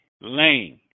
Lane